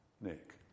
Nick